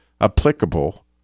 applicable